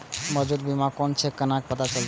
मौजूद बीमा कोन छे केना पता चलते?